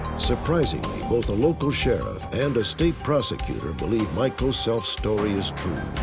surprisingly, both a local sheriff and a state prosecutor believe michael self's story is true.